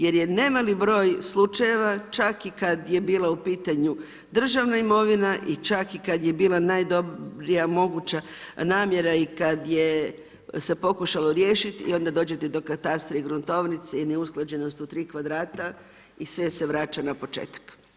Jer je nemali broj slučajeva, čak i kada je bila u pitanju državna imovina i čak kada je bila najdobrija moguća namjera i kada je pokušalo riješiti i onda dođete do katastra i gruntovnice i neusklađenost u 3 kvadrata i sve se vraća na početak.